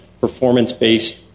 performance-based